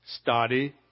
Study